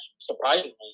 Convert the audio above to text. surprisingly